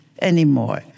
anymore